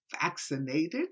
vaccinated